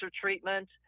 treatment